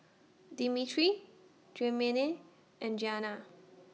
Dimitri Tremayne and Giana